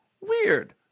weird